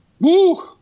woo